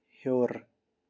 ہیوٚر